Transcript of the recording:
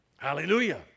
Hallelujah